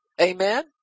Amen